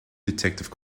detective